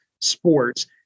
sports